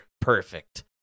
perfect